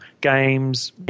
games